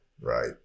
right